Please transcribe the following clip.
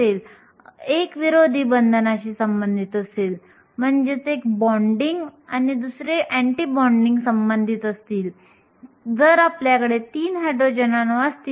तर येथे सिलिकॉनवर परत येऊ हे सामान्य तपमानावर असे चित्र आहे